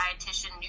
dietitian